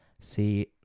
See